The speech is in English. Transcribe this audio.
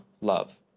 love